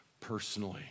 personally